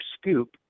scoop